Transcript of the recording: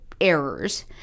errors